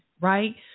right